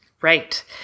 Right